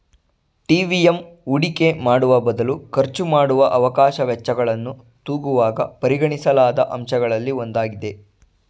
TVM ಹೂಡಿಕೆ ಮಾಡುವಬದಲು ಖರ್ಚುಮಾಡುವ ಅವಕಾಶ ವೆಚ್ಚಗಳನ್ನು ತೂಗುವಾಗ ಪರಿಗಣಿಸಲಾದ ಅಂಶಗಳಲ್ಲಿ ಒಂದಾಗಿದೆ